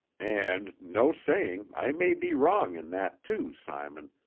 and, no saying, i may be wrong in that, too, simon,